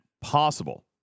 possible